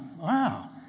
Wow